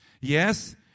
Yes